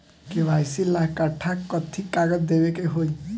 KYC ला कट्ठा कथी कागज देवे के होई?